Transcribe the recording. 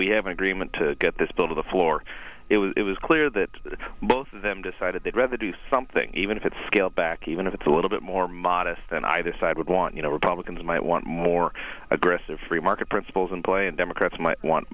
we have an agreement to get this bill to the floor it was clear that both of them decided they'd rather do something even if it's scaled back even if it's a little bit more modest than either side would want you know republicans might want more aggressive free market principles and boy and democrats might want